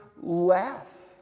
less